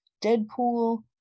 Deadpool